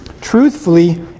truthfully